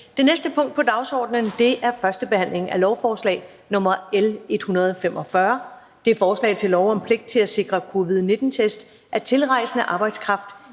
Det næste punkt på dagsordenen er: 16) 1. behandling af lovforslag nr. L 145: Forslag til lov om pligt til at sikre covid-19-test af tilrejsende arbejdskraft